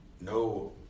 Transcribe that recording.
no